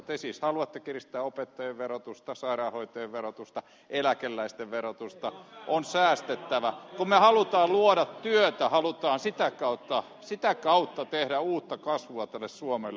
te siis haluatte kiristää opettajien verotusta sairaanhoitajien verotusta eläkeläisten verotusta on säästettävä kun me taas haluamme luoda työtä haluamme sitä kautta tehdä uutta kasvua tälle suomelle